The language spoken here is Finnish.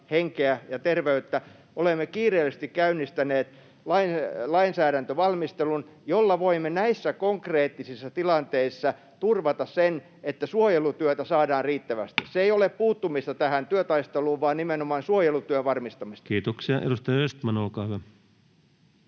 henkeä ja terveyttä. Olemme kiireellisesti käynnistäneet lainsäädäntövalmistelun, jolla voimme näissä konkreettisissa tilanteissa turvata sen, että suojelutyötä saadaan riittävästi. Se ei ole puuttumista tähän työtaisteluun vaan nimenomaan suojelutyön varmistamista. Kiitoksia. — Edustaja Östman, olkaa hyvä.